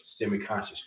semi-conscious